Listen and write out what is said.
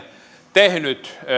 tehnyt